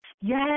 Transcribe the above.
Yes